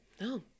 No